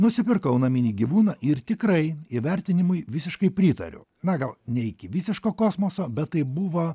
nusipirkau naminį gyvūną ir tikrai įvertinimui visiškai pritariu na gal ne iki visiško kosmoso bet tai buvo